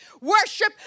worship